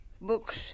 books